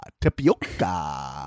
tapioca